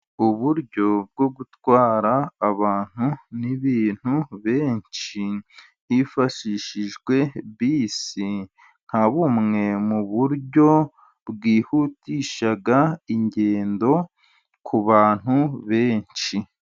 Uburyo bwo gutwara abantu n'ibintu benshi, hifashishijwe bisi nka bumwe mu buryo bwihutisha ingendo ku bantu benshi.